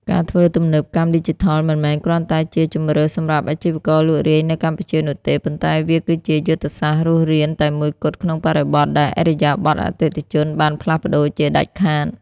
ការធ្វើទំនើបកម្មឌីជីថល មិនមែនគ្រាន់តែជា "ជម្រើស" សម្រាប់អាជីវករលក់រាយនៅកម្ពុជានោះទេ ប៉ុន្តែវាគឺជា "យុទ្ធសាស្ត្ររស់រាន" តែមួយគត់ ក្នុងបរិបទដែលឥរិយាបថអតិថិជនបានផ្លាស់ប្តូរជាដាច់ខាត។